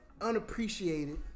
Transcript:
unappreciated